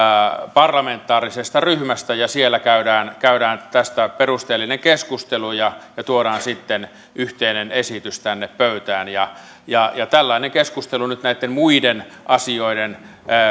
parlamentaarisesta ryhmästä siellä käydään käydään tästä perusteellinen keskustelu ja tuodaan sitten yhteinen esitys tänne pöytään tällainen keskustelu näitten muiden asioiden